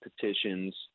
petitions